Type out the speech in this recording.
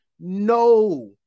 No